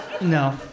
No